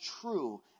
true